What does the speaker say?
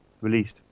released